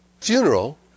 funeral